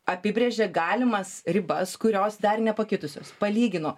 apibrėžia galimas ribas kurios dar nepakitusios palygino